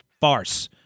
farce